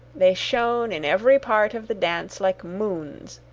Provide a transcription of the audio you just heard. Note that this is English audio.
they shone in every part of the dance like moons.